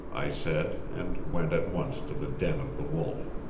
i said, and went at once to the den of the wolf.